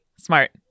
Smart